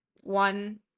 One